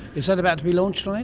is that about to be launched?